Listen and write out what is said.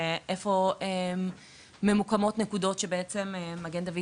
איפה ממוקמות נקודות שבעצם מגן דוד